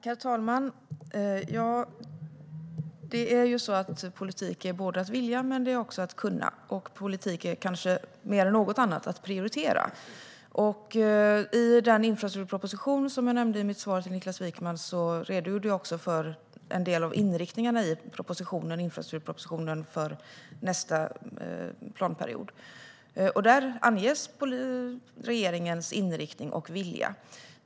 Herr talman! Politik är både att vilja och att kunna, och politik är mer än något annat att prioritera. I den infrastrukturproposition som jag nämnde i mitt svar till Niklas Wykman redogörs för en del av inriktningarna för nästa planperiod. Där anges regeringens inriktning och vilja.